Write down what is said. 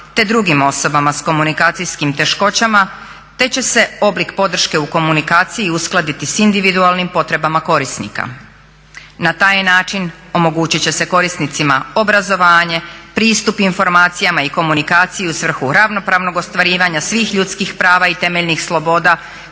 te drugim osobama s komunikacijskim teškoćama te će se oblik podrške u komunikaciji uskladiti s individualnim potrebama korisnika. Na taj način omogućit će se korisnicima obrazovanje, pristup informacijama i komunikaciji u svrhu ravnopravnog ostvarivanja svih ljudskih prava i temeljnih sloboda